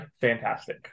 fantastic